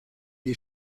des